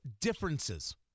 differences